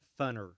funner